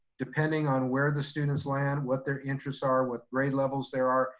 depending on where the students land, what their interests are, what grade levels there are.